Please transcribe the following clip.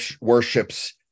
worships